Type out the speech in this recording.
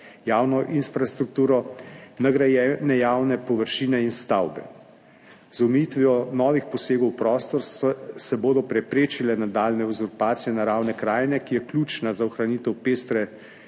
javno infrastrukturo, nagrajene javne površine in stavbe. Z omejitvijo novih posegov v prostor se bodo preprečile nadaljnje uzurpacije naravne krajine, ki je ključna za ohranitev pestre